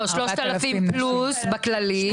לא, 3,000 פלוס בכללי.